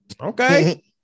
Okay